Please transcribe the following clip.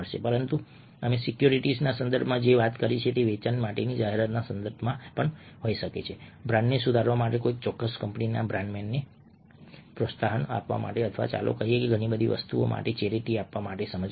પરંતુ અમે સિક્યોરિટીઝના સંદર્ભમાં જે વાત કરી છે તે વેચાણ માટેની જાહેરાતના સંદર્ભમાં પણ હોઈ શકે છે બ્રાન્ડને સુધારવા માટે કોઈ ચોક્કસ કંપનીના બ્રાન્ડનેમને પ્રોત્સાહન આપવા માટે અથવા ચાલો કહીએ કે લોકોને ઘણી બધી વસ્તુઓ માટે ચેરિટી આપવા માટે સમજાવવા માટે